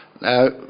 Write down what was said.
Now